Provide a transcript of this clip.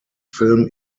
film